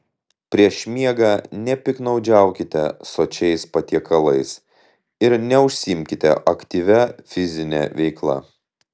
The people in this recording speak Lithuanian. prieš miegą nepiktnaudžiaukite sočiais patiekalais ir neužsiimkite aktyvia fizine veikla